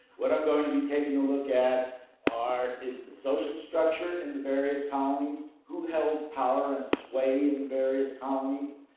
what i'm going to be taking a look at is the social structure in the various colonies, who held power and sway in various colonies.